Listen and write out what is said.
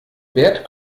bert